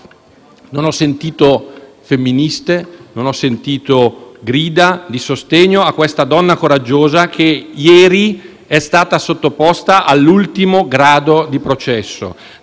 Non ho sentito femministe o grida di sostegno a questa donna coraggiosa che ieri è stata sottoposta all'ultimo grado di giudizio.